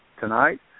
tonight